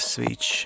Switch